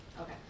Okay